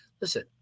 listen